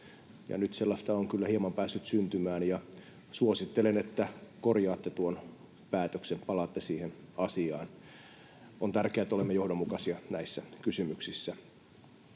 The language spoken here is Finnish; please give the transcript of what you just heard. Nyt sellaista on kyllä hieman päässyt syntymään, ja suosittelen, että korjaatte tuon päätöksen, palaatte siihen asiaan. On tärkeää, että olemme johdonmukaisia näissä kysymyksissä.